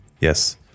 Yes